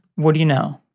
what do you know.